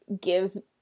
gives